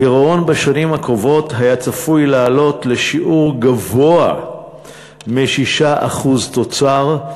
הגירעון בשנים הקרובות היה צפוי לעלות לשיעור גבוה מ-6% תוצר,